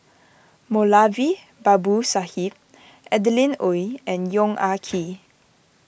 Moulavi Babu Sahib Adeline Ooi and Yong Ah Kee